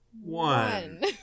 one